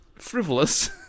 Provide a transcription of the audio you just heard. Frivolous